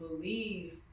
believe